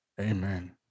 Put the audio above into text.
Amen